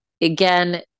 Again